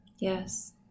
Yes